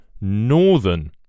northern